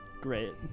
Great